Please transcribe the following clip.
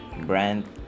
brand